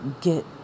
get